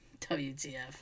WTF